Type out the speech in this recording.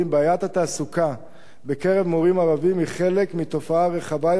בעיית התעסוקה בקרב מורים ערבים היא חלק מתופעה רחבה יותר,